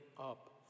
up